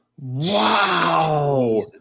Wow